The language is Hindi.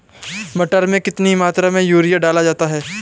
मटर में कितनी मात्रा में यूरिया डाला जाता है?